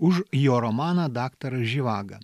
už jo romaną daktaras živaga